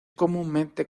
comúnmente